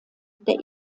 der